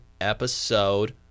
episode